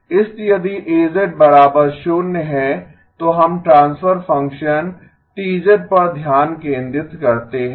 इसलिए यदि A 0 है तो हम ट्रांसफर फंक्शन T पर ध्यान केंद्रित करते हैं